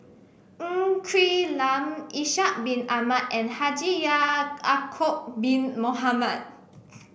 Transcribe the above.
Ng Quee Lam Ishak Bin Ahmad and Haji Ya'acob Bin Mohamed